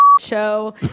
show